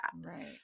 right